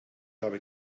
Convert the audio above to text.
habe